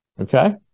Okay